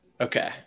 Okay